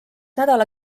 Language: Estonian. nädala